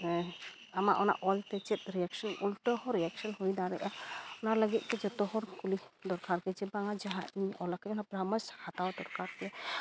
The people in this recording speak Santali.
ᱦᱮᱸ ᱟᱢᱟᱜ ᱚᱱᱟ ᱚᱞ ᱛᱮ ᱪᱮᱫ ᱨᱤᱭᱮᱠᱥᱮᱱ ᱩᱞᱴᱟᱹ ᱦᱚᱸ ᱨᱤᱭᱮᱠᱥᱮᱱ ᱦᱩᱭ ᱫᱟᱲᱮᱭᱟᱜᱼᱟ ᱚᱱᱟ ᱞᱟᱹᱜᱤᱫ ᱛᱮ ᱡᱚᱛᱚ ᱦᱚᱲ ᱠᱩᱞᱤ ᱠᱩᱯᱞᱤ ᱫᱚᱨᱠᱟᱨ ᱜᱮ ᱡᱮ ᱵᱟᱝᱟ ᱡᱟᱦᱟᱸ ᱤᱧᱤᱧ ᱚᱞᱟᱠᱟᱜᱼᱟ ᱚᱱᱟ ᱯᱚᱨᱟᱢᱮᱥ ᱦᱟᱛᱟᱣ ᱫᱚᱨᱠᱟᱨ ᱜᱮ